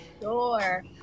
Sure